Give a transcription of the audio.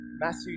Matthew